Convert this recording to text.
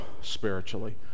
spiritually